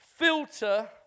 Filter